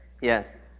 Yes